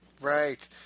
Right